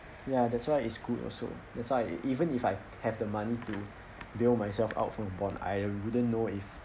ya that's why is good also that's why even if I have the money to lure myself out from bond I wouldn't know if